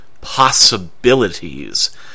possibilities